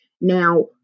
Now